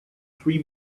three